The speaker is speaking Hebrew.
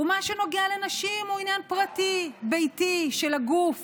ומה שנוגע לנשים הוא עניין פרטי, ביתי, של הגוף,